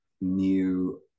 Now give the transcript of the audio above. new